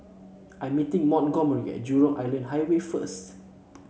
I'm meeting Montgomery at Jurong Island Highway first